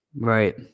right